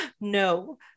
no